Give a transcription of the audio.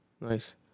nice